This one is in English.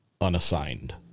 unassigned